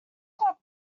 clock